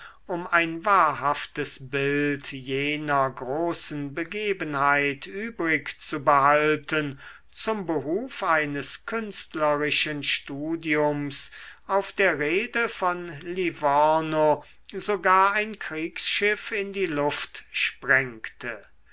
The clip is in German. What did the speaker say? um ein wahrhaftes bild jener großen begebenheit übrig zu behalten zum behuf eines künstlerischen studiums auf der reede von livorno sogar ein kriegsschiff in die luft sprengte